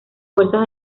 fuerzas